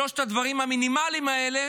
שלושת הדברים המינימליים האלה